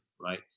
right